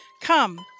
Come